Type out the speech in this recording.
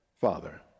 father